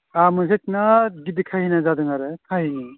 आंहा मोनसे बिराद गिदिर काहिनि जादों आरो काहिनि